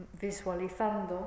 visualizando